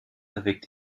avec